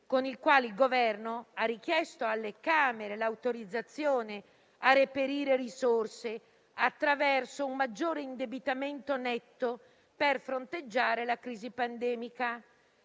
con le quali il Governo ha richiesto alle Camere l'autorizzazione a reperire risorse attraverso un maggiore indebitamento netto per fronteggiare la crisi pandemica.